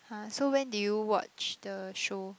[huh] so when did you watch the show